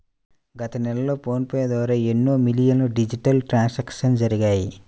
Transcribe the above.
గత నెలలో PhonePe ద్వారా ఎన్నో మిలియన్ల డిజిటల్ ట్రాన్సాక్షన్స్ జరిగాయి